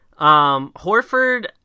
Horford